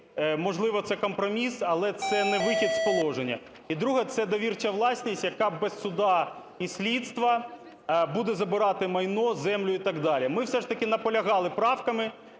можливо, це компроміс, але це не вихід з положення. І друге – це довірча власність, яка без суду і слідства буде забирати майно, землю і так далі. Ми все ж таки наполягали правками,